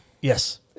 Yes